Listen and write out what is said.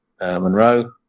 monroe